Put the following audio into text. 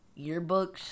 yearbooks